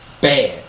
bad